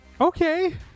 Okay